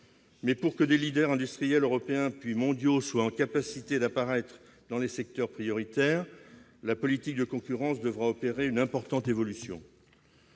Mais, pour que des leaders industriels européens, puis mondiaux, soient en capacité d'apparaître dans les secteurs prioritaires, la politique de concurrence devra opérer une importante évolution.